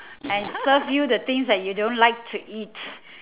and serve you the things you don't like to eat